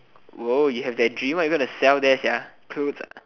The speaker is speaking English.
!wow! you have that dream what you gonna sell there sia clothes